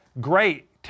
great